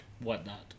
whatnot